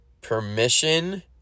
permission